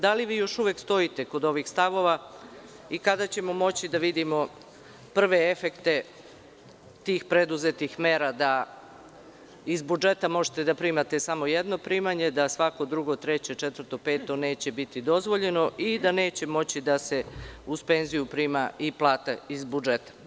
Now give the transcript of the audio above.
Da li vi još uvek stojite kod ovih stavova i kada ćemo moći da vidimo prve efekte tih preduzetih mera da iz budžeta možete da primate samo jedno primanje, da svako drugo, treće, četvrto, peto, neće biti dozvoljeno i da neće moći da se uz penziju prima i plata iz budžeta?